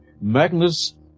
Magnus